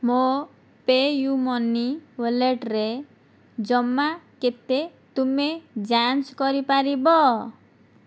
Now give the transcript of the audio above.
ମୋ PayU Money ୱାଲେଟ୍ରେ ଜମା କେତେ ତୁମେ ଯାଞ୍ଚ କରିପାରିବ